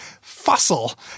Fossil